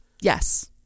Yes